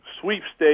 sweepstakes